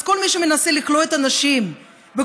אז כל מי שמנסה לכלוא את הנשים בכל